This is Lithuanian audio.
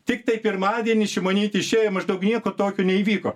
tiktai pirmadienį šimonytė išėjo maždaug nieko tokio neįvyko